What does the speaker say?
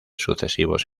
sucesivos